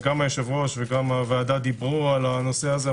גם היושב-ראש וגם הוועדה דיברו על הנושא הזה.